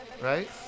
Right